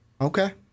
Okay